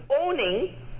owning